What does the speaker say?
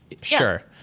Sure